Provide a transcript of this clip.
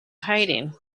hiding